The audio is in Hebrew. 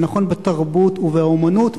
זה נכון בתרבות ובאמנות,